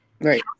right